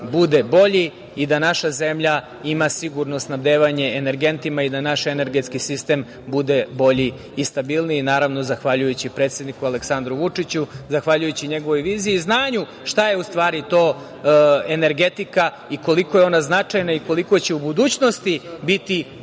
bude bolji i da naša zemlja ima sigurno snabdevanje energentima i da naš energetski sistem bude bolji i stabilniji, naravno, zahvaljujući predsedniku Aleksandru Vučiću, zahvaljujući njegovoj viziji i znanju šta je u stvari to energetika i koliko je ona značajna i koliko će u budućnosti biti